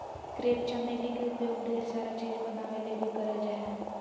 crepe चमेली के उपयोग ढेर सारा चीज़ बनावे ले भी करल जा हय